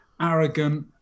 arrogant